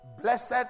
Blessed